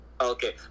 Okay